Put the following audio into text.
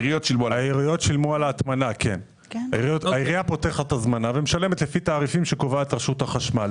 העירייה פותחת הזמנה ומשלמת לפי תעריפים שקובעת רשות החשמל.